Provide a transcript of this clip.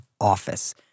Office